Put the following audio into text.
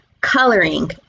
Coloring